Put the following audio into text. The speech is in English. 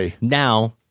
now